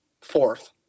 fourth